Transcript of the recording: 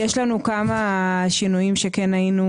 אנחנו יש לנו כמה שינויים שכן היינו